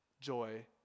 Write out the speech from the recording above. joy